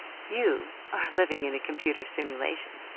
you are living in a computer simulation.